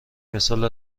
مثال